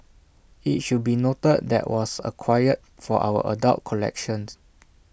IT should be noted that was acquired for our adult collections